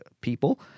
people